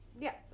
Yes